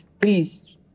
please